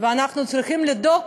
ואנחנו צריכים לדאוג,